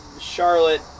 Charlotte